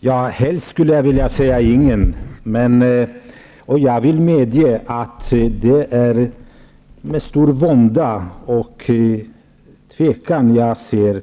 Herr talman! Helst skulle jag vilja säga: ingen. Jag medger att det är med stor vånda och tvekan som jag ser